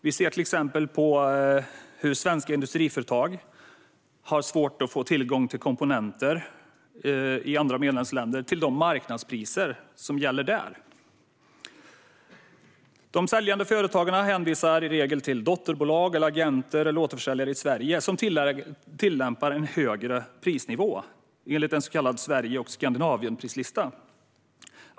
Vi ser exempel på hur svenska industriföretag har svårt att få tillgång till komponenter i andra medlemsländer till de marknadspriser som gäller där. De säljande företagen hänvisar i regel till dotterbolag, agenter eller återförsäljare i Sverige som tillämpar en högre prisnivå, enligt en så kallad Sverige och Skandinavienprislista.